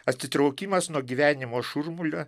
atitraukimas nuo gyvenimo šurmulio